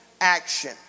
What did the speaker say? action